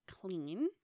clean